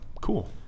cool